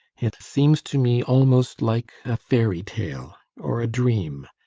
it seems to me almost like a fairy-tale or a dream.